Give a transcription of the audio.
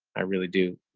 i really do